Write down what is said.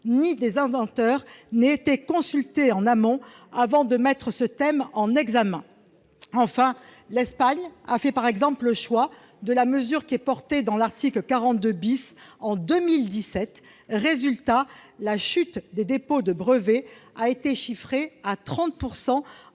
ni des inventeurs n'ait été consulté en amont avant de mettre ce thème en examen. Enfin, l'Espagne par exemple, a fait, en 2017, le choix de la mesure qui est portée dans l'article 42. Résultat : la chute des dépôts de brevets a été chiffrée à 30